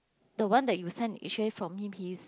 the one that you send actually from him he's